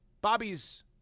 bobby's